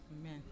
Amen